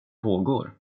pågår